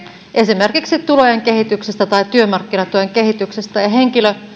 esimerkiksi tulojen kehityksestä tai työmarkkinatuen kehityksestä henkilö